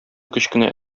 кечкенә